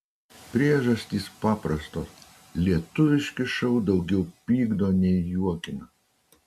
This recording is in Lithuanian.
priežastys paprastos lietuviški šou daugiau pykdo nei juokina